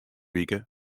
wike